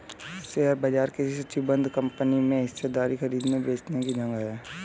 share बाजार किसी सूचीबद्ध कंपनी में हिस्सेदारी खरीदने बेचने की जगह है